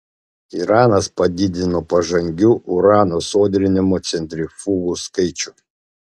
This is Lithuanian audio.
iranas padidino pažangių urano sodrinimo centrifugų skaičių